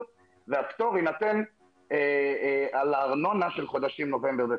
והפטור יינתן על הארנונה של חודשים נובמבר-דצמבר.